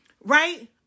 Right